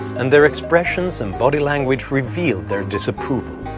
and their expressions and body language reveal their disapproval.